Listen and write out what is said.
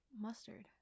mustard